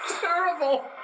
terrible